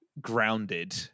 grounded